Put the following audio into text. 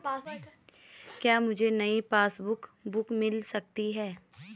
क्या मुझे नयी पासबुक बुक मिल सकती है?